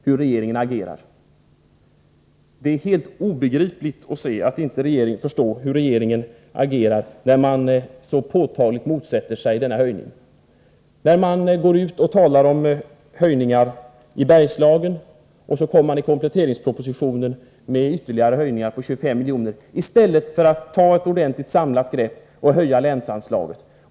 Jag måste säga att det är helt obegripligt hur regeringen agerar, när man så påtagligt motsätter sig denna höjning. Man går ut och talar om höjningar i Bergslagen, och så föreslår man i kompletteringspropositionen ytterligare höjningar på 25 milj.kr., i stället för att ta ett ordentligt, samlat grepp och höja länsanslaget.